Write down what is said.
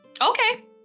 Okay